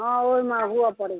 हँ ओहिमे हूए पड़ए छै